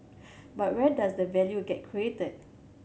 but where does the value get created